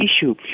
issue